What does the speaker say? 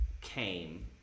came